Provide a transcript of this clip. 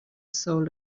soul